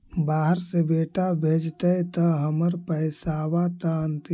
बाहर से बेटा भेजतय त हमर पैसाबा त अंतिम?